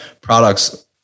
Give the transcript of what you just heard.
products